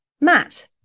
Matt